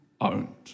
owned